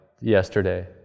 yesterday